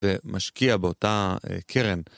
ומשקיע באותה קרן.